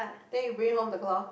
then you bring home the cloth